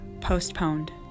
postponed